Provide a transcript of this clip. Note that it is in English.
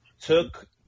took